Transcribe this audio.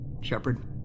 Shepard